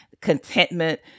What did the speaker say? contentment